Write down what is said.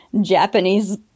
Japanese